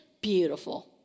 beautiful